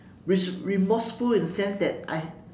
re~ remorseful in a sense that I had